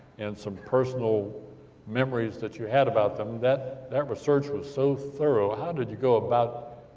and some personal memories, that you had about them. that that research was so thorough. how did you go about